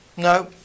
No